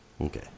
Okay